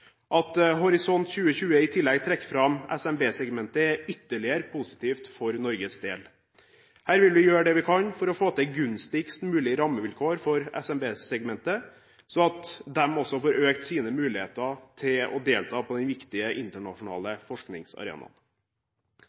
At Horisont 2020 i tillegg trekker fram SMB-segmentet, er ytterligere positivt for Norges del. Her vil vi gjøre det vi kan for å få til gunstigst mulige rammevilkår for SMB-segmentet, sånn at de også får økt sine muligheter til å delta på den viktige internasjonale forskningsarenaen.